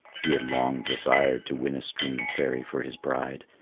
he had long desired to win a stream fairy for his bride,